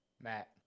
matt